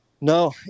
No